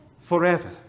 forever